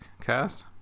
cast